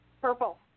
Purple